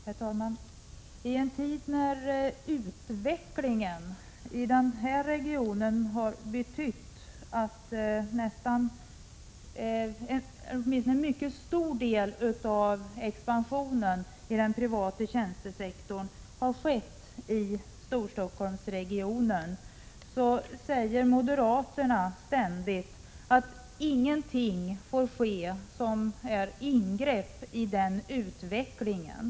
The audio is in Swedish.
Herr talman! I en tid när utvecklingen i Storstockholmsregionen har betytt att åtminstone en mycket stor del av expansionen i den privata tjänstesektorn har skett i denna region, säger moderaterna ständigt att ingenting får ske som är ingrepp i den utvecklingen.